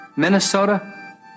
Minnesota